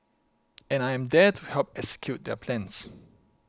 and I am there to help to execute their plans